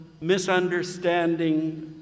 misunderstanding